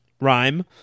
rhyme